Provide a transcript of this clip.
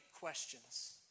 questions